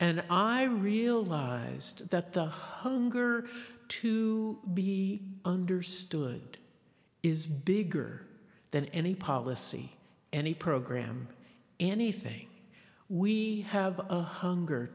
and i realized that the hunger to be understood is bigger than any policy any program anything we have a hunger